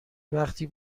وقتی